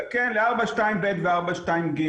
ל-4.2ב ו-4.2ג,